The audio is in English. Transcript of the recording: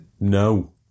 No